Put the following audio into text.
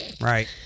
right